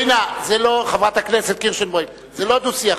חברת הכנסת קירשנבאום, זה לא דו-שיח.